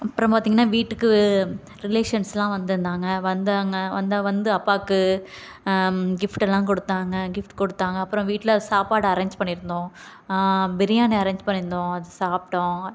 அப்புறம் பார்த்திங்கன்னா வீட்டுக்கு ரிலேஷன்ஸ்லாம் வந்திருந்தாங்க வந்தாங்க வந்த வந்து அப்பாவுக்கு கிஃப்ட்டெல்லாம் கொடுத்தாங்க கிஃப்ட் கொடுத்தாங்க அப்புறம் வீட்டில் சாப்பாடு அரேஞ் பண்ணிருந்தோம் பிரியாணி அரேஞ் பண்ணியிருந்தோம் அதை சாப்பிட்டோம்